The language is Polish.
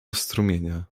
strumienia